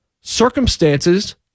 Circumstances